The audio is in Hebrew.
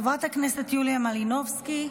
חברת הכנסת יוליה מלינובסקי,